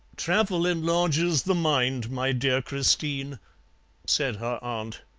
travel enlarges the mind, my dear christine said her aunt.